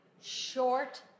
Short